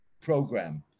program